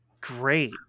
great